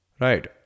right